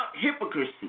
hypocrisy